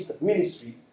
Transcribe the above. ministry